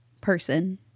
person